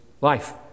life